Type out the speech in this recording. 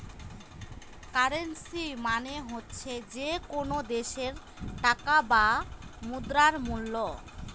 currency মানে হচ্ছে যে কোনো দেশের টাকা বা মুদ্রার মুল্য